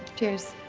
cheers.